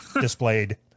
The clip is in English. displayed